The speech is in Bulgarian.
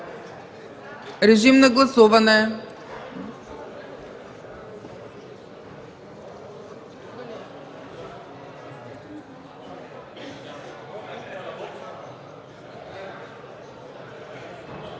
Режим на гласуване!